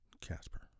Casper